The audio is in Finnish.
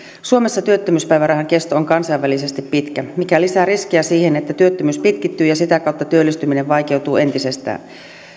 suomessa työttömyyspäivärahan kesto on kansainvälisesti pitkä mikä lisää riskiä siihen että työttömyys pitkittyy ja sitä kautta työllistyminen vaikeutuu entisestään